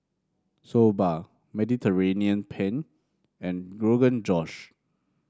Soba Mediterranean Penne and Rogan Josh